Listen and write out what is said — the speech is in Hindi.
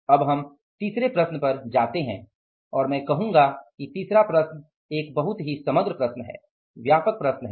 अब हम तीसरे प्रश्न पर जाते हैं और मैं कहूंगा कि तीसरा प्रश्न एक बहुत ही समग्र प्रश्न है व्यापक प्रश्न है